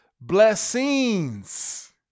blessings